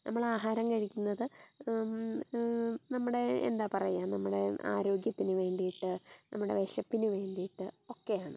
നമ്മൾ ആഹാരം കഴിക്കുന്നത് നമ്മുടെ എന്താ പറയുക നമ്മുടെ ആരോഗ്യത്തിന് വേണ്ടിയിട്ട് നമ്മുടെ വിശപ്പിന് വേണ്ടിയിട്ട് ഒക്കെയാണ്